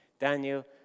Daniel